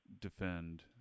defend